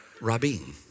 Rabin